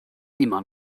immer